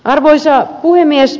arvoisa puhemies